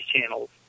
channels